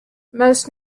most